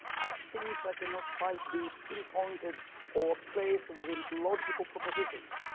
things that cannot quite be pinpointed or placed within logical propositions,